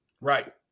Right